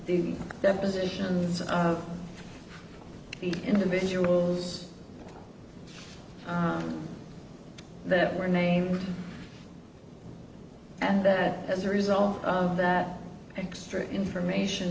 the depositions of the individuals that were named and that as a result of that extra information